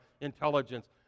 intelligence